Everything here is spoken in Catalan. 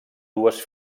dues